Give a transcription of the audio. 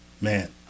man